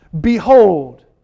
Behold